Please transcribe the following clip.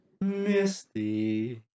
misty